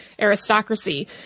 aristocracy